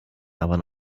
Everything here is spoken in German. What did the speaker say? aber